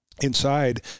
inside